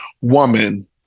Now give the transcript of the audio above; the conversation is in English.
woman